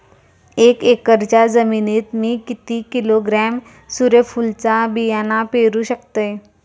एक एकरच्या जमिनीत मी किती किलोग्रॅम सूर्यफुलचा बियाणा पेरु शकतय?